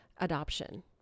adoption